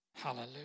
Hallelujah